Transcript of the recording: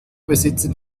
besitzen